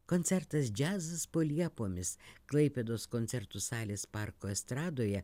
koncertas džiazas po liepomis klaipėdos koncertų salės parko estradoje